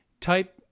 type